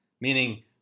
meaning